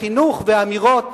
חינוך ואמירות